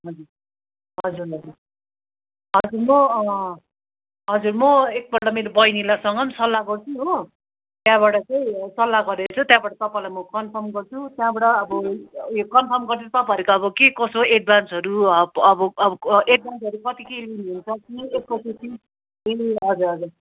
हजुर हजुर हजुर हजुर म हजुर म एकपल्ट मेरो बहिनीलाईसँग सल्लाह गर्छु हो त्यहाँबाट चाहिँ सल्लाह गरेर चाहिँ त्यहाँबाट तपाईँलाई म कन्फर्म गर्छु त्यहाँबाट अब उयो कन्फर्म गरेर तपाईँहरूको अब के कसो एडभान्सहरू अब अब एडभान्सहरू कति के लिनुहुन्छ कि एकैचोटि ए हजुर हजुर